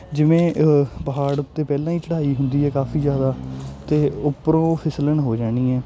ਜਿਵੇਂ ਪਹਾੜ ਉੱਤੇ ਪਹਿਲਾਂ ਹੀ ਚੜ੍ਹਾਈ ਹੁੰਦੀ ਹੈ ਕਾਫ਼ੀ ਜਿਆਦਾ ਅਤੇ ਉੱਪਰੋਂ ਫਿਸਲਣ ਹੋ ਜਾਣੀ ਹੈ